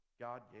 God